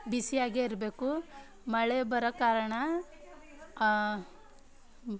ಬಿಸಿಯಾಗೇ ಇರಬೇಕು ಮಳೆ ಬರೋ ಕಾರಣ